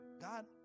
God